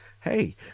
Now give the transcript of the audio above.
hey